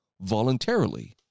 voluntarily